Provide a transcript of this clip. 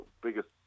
biggest